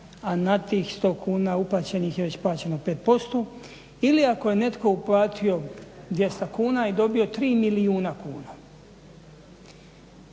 a na tih 100 kuna uplaćenih je već plaćeno 5% ili ako je netko uplatio 200 kuna i dobio 3 milijuna kuna.